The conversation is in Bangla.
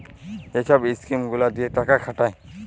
যে ছব ইস্কিম গুলা দিঁয়ে টাকা খাটায়